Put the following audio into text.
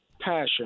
passion